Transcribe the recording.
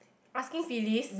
asking Philis